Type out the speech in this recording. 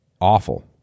awful